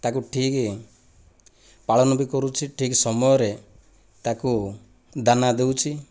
ତାକୁ ଠିକ୍ ପାଳନ ବି କରୁଛି ଠିକ ସମୟରେ ତାକୁ ଦାନା ଦେଉଛି